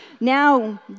now